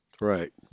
right